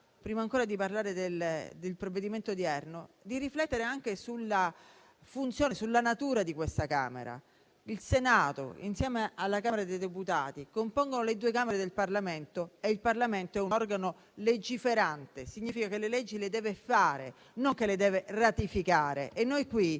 prima ancora di parlare del provvedimento odierno, di riflettere anche sulla funzione e sulla natura di questa Camera. Il Senato insieme alla Camera dei deputati compongono il Parlamento, che è un organo legiferante: significa che le leggi deve farle, non ratificarle. Noi,